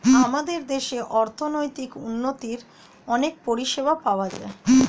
আমাদের দেশে অর্থনৈতিক উন্নতির অনেক পরিষেবা পাওয়া যায়